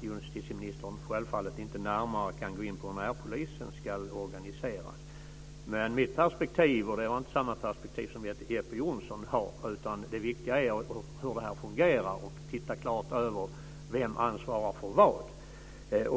Justitieministern kan självfallet inte närmare gå in på hur närpolisen ska organiseras. Mitt perspektiv - och det är inte samma som det som Jeppe Johnsson har - är att det viktiga är hur detta fungerar. Man ska klart titta över vem som ansvarar för vad.